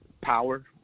power